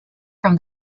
from